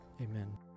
Amen